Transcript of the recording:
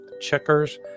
Checkers